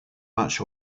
much